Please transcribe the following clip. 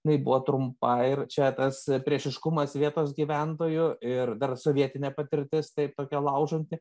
jinai buvo trumpa ir čia tas priešiškumas vietos gyventojų ir dar sovietinė patirtis taip tokia laužanti